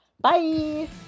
Bye